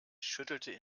schüttelte